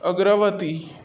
अग्रवती